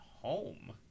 home